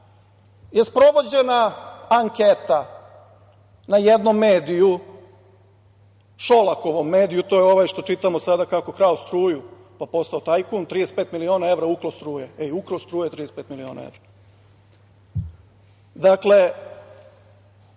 je sprovođena anketa na jednom mediju, Šolakovom mediju. To je ovaj što čitamo sada kako je krao struju, pa postao tajkun. Trideset i pet miliona evra ukrao struje. Ej, ukrao struje 35 miliona evra? Dakle,